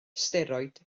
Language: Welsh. steroid